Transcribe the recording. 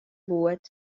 goed